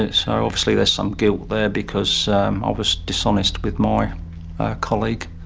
ah so obviously there's some guilt there because i was dishonest with my colleague.